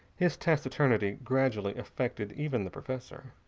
his taciturnity gradually affected even the professor.